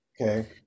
Okay